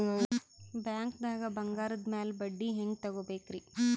ಬ್ಯಾಂಕ್ದಾಗ ಬಂಗಾರದ್ ಮ್ಯಾಲ್ ಬಡ್ಡಿ ಹೆಂಗ್ ತಗೋಬೇಕ್ರಿ?